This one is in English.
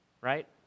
right